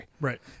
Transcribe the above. Right